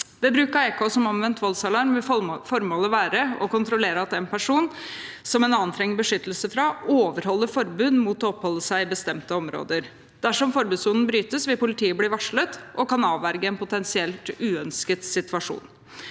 Ved bruk av EK som omvendt voldsalarm vil formålet være å kontrollere at en person som en annen trenger beskyttelse fra, overholder forbud mot å oppholde seg i bestemte områder. Dersom forbudssonen brytes, vil politiet bli varslet og kan avverge en potensiell uønsket situasjon.